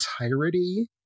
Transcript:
entirety